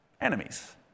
enemies